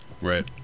Right